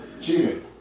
Cheating